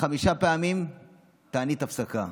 חמש פנים תענית הפסקה.